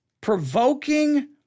provoking